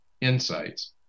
insights